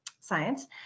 science